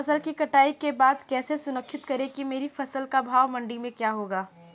फसल की कटाई के बाद कैसे सुनिश्चित करें कि मेरी फसल का भाव मंडी में क्या होगा?